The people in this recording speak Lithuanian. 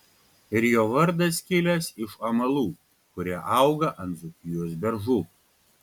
ir jo vardas kilęs iš amalų kurie auga ant dzūkijos beržų